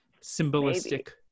symbolistic